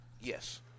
Yes